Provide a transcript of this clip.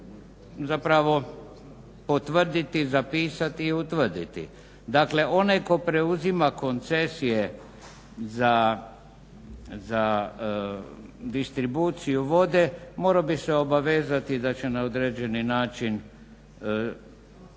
zapravo potvrditi, zapisati i utvrditi. Dakle, onaj ko preuzima koncesije za distribuciju vode morao bi se obavezati da će na određeni način držati